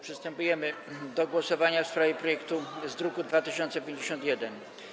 Przystępujemy do głosowania w sprawie projektu z druku nr 2051.